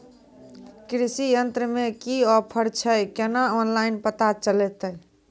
कृषि यंत्र मे की ऑफर छै केना ऑनलाइन पता चलतै?